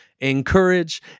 encourage